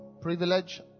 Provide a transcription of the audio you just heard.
privilege